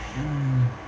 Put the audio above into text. hmm